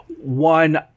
one